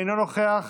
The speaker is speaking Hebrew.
אינו נוכח,